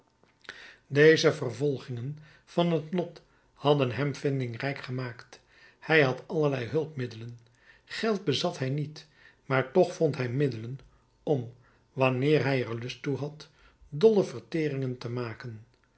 deze vervolgingen van het lot hadden hem vindingrijk gemaakt hij had allerlei hulpmiddelen geld bezat hij niet maar toch vond hij middelen om wanneer hij er lust toe had dolle verteringen te maken